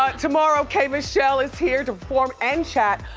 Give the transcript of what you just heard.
ah tomorrow k. michelle is here to perform and chat.